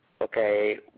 okay